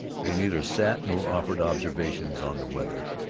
they neither sat nor offered observations on the weather.